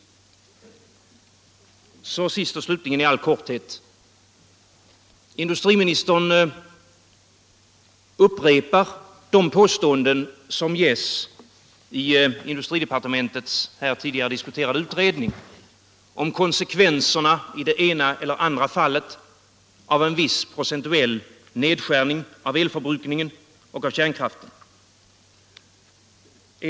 Till sist i all korthet: Industriministern upprepar de påståenden som görs i industridepartementets här tidigare diskuterade utredning om konsekvenserna i det ena eller andra fallet av en viss procentuell nedskärning av elförbrukningen och av kärnkraften.